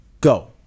go